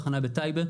תחנה בטייבה,